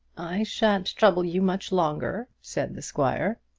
i shan't trouble you much longer, said the squire.